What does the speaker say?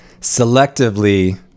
selectively